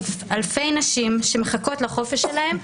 ועבור אלפי נשים שמחכות לחופש שלהם,